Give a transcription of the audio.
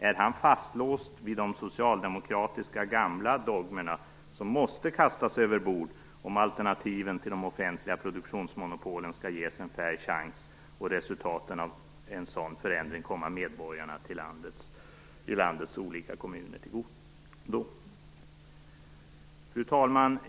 Är hans fastlåst vid de socialdemokratiska gamla dogmerna, som måste kastas över bord om alternativen till de offentliga produktionsmonopolen skall ges en fair chans och resultaten av en sådan förändring komma medborgarna i landets olika kommuner till godo? Fru talman!